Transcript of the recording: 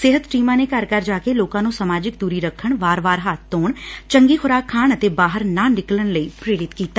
ਸਿਹਤ ਟੀਮਾਂ ਨੇ ਘਰ ਘਰ ਜਾ ਕੇ ਲੋਕਾਂ ਨੇ ਸਮਾਜਕ ਦੁਰੀ ਰੱਖਣ ਵਾਰ ਵਾਰ ਹੱਬ ਧੋਣ ਚੰਗੀ ਖ਼ੁਰਾਕ ਖਾਣ ਅਤੇ ਬਾਹਰ ਨਾ ਨਿਕਲਣ ਲਈ ਪੇਰਿਤ ਕੀਤਾ